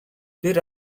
бэр